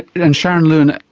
and sharon lewin,